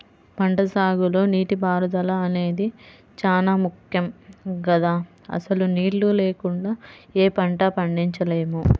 పంటసాగులో నీటిపారుదల అనేది చానా ముక్కెం గదా, అసలు నీళ్ళు లేకుండా యే పంటా పండించలేము